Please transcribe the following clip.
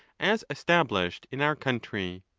as established in our country.